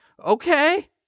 Okay